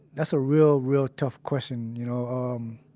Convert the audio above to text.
that's a real, real tough question. you know um,